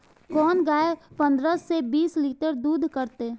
कोन गाय पंद्रह से बीस लीटर दूध करते?